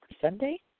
Sunday